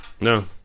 No